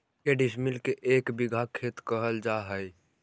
के डिसमिल के एक बिघा खेत कहल जा है?